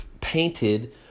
painted